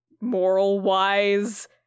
moral-wise